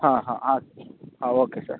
ಹಾಂ ಹಾಂ ಆಯ್ತು ಹಾಂ ಓಕೆ ಸರ್